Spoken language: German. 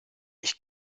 ich